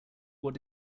what